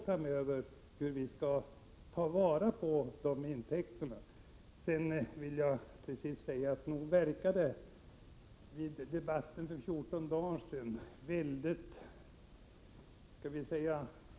Det handlar om hur vi skall ta vara på de intäkterna. Till sist vill jag säga: I debatten för 14 dagar sedan verkade det mycket underligt att Ing-Marie Hansson tog folkpartiet och kommunisterna i sin famn och sade att dessa var de enda som ideellt slår vakt om publicserviceorganet Sveriges Radio också för framtiden.